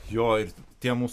jo ir tie mūsų